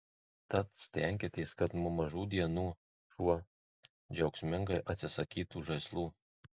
tad stenkitės kad nuo mažų dienų šuo džiaugsmingai atsisakytų žaislų